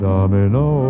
Domino